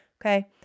Okay